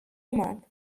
woman